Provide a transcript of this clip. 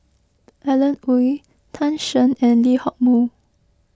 Alan Oei Tan Shen and Lee Hock Moh